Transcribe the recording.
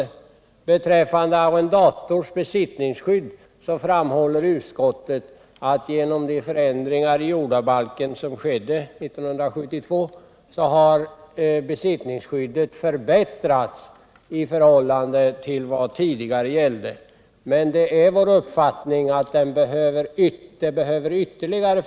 Vad beträffar arrendatorns besittningsskydd framhåller utskottet att detta genom förändringarna i jordabalken år 1972 har förbättrats i förhållande till de bestämmelser som tidigare gällde, men det är vår uppfattning att besittningsskyddet behöver förbättras ytterligare.